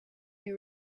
you